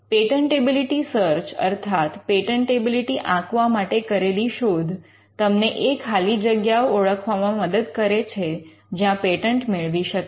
patentability search અર્થાત patentability આંકવા માટે કરેલી શોધ તમને એ ખાલી જગ્યાઓ ઓળખવામાં મદદ કરે છે જ્યાં પેટન્ટ મેળવી શકાય